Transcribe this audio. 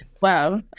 Wow